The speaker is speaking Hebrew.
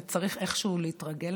וצריך איכשהו להתרגל.